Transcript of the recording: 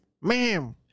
Ma'am